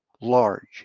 large